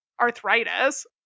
arthritis